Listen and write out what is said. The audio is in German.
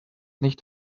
nicht